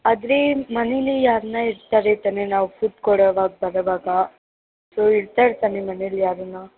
ಆದರೆ ಮನೇಲಿ ಯಾರನ ಇರ್ತಾರೆ ತಾನೆ ನಾವು ಫುಡ್ ಕೊಡೋವಾಗ ಬರೋವಾಗ ಸೊ ಇರ್ತಾರೆ ತಾನೆ ಮನೇಲಿ ಯಾರಾರಾ